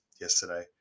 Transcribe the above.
yesterday